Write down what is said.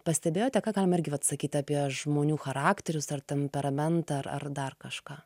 pastebėjote ką galima irgi vat sakyti apie žmonių charakterius ar temperamentą ar ar dar kažką